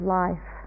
life